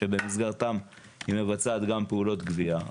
שבמסגרתן היא מבצעת גם פעולות גבייה,